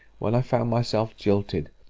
when i found myself jilted,